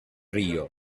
rio